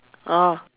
oh